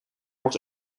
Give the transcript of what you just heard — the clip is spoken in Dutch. wordt